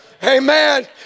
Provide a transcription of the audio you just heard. amen